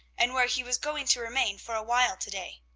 and where he was going to remain for a while to-day.